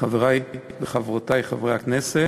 חברי הכנסת,